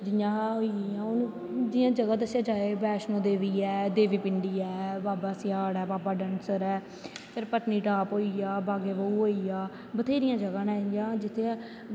जि'यां अस हून जि'यां जगह दस्सी जाए बैष्णो माता ऐ देवी पिंडी ऐ बाबा स्याड़ ऐ बाबा डंसर ऐ होर पत्नीटॉप होई गेआ बागेबहू होई गेआ बत्थेरियां जगह न इ'यां जित्थै